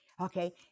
okay